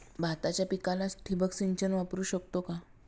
भाताच्या पिकाला ठिबक सिंचन वापरू शकतो का?